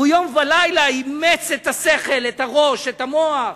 הוא יום ולילה אימץ את השכל, את הראש, את המוח.